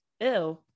Ew